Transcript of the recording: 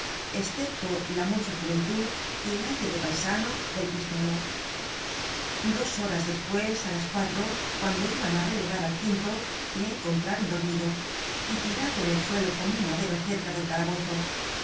escepto la mucha juventud y el aire de paisano del pistolo dos horas despues á las cuatro cuando iban á relevar al quinto le encontraron dormido y tirado en el suelo como un madero cerca del calabozo en